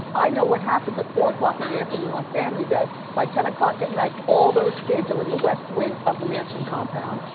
i know what happens at four o'clock in the afternoon on family day. by ten o'clock at night, all those kids are in the west wing of the mansion compound.